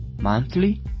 monthly